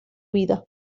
vida